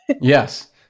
Yes